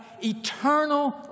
eternal